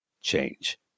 change